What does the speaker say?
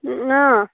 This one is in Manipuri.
ꯑꯥ